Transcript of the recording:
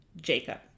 Jacob